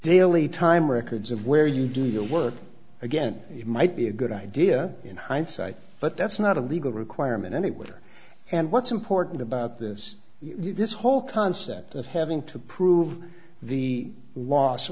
daily time records of where you do your work again might be a good idea in hindsight but that's not a legal requirement anywhere and what's important about this this whole concept of having to prove the l